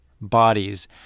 bodies